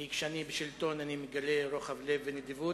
כי כשאני בשלטון אני מגלה רוחב לב ונדיבות,